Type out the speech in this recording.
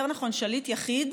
יותר נכון שליט יחיד,